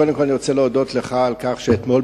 קודם כול אני רוצה להודות לך על כך שאתמול,